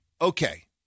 okay